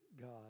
God